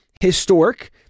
historic